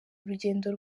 urugendo